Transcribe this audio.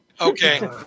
Okay